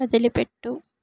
వదిలిపెట్టు